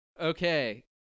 Okay